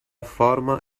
forma